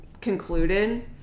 concluded